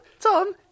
Tom